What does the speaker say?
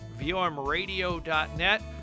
vomradio.net